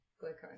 Glucose